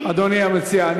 אדוני המציע,